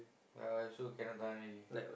ya we also cannot done already